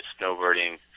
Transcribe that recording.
snowboarding